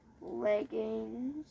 leggings